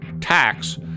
tax